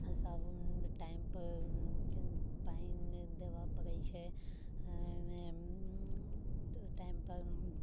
सभ टाइम पर पानि देबऽ पड़ैत छै ओहिमे टाइम पर